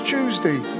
Tuesday